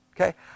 Okay